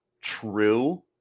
true